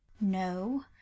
No